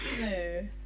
no